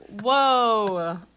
Whoa